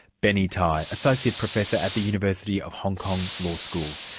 benny tai, associate professor at the university of hong kong law school.